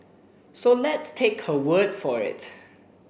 so let's take her word for it